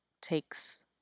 takes